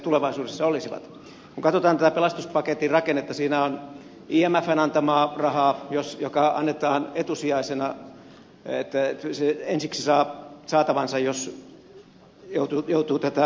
kun katsotaan tätä pelastuspaketin rakennetta siinä on imfn antamaa rahaa joka annetaan etusijaisena että se saa ensiksi saatavansa jos joutuu tätä aikanaan perimään